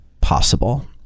possible